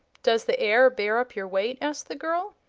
does the air bear up your weight? asked the girl.